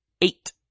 eight